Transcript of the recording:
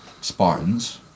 Spartans